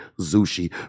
Zushi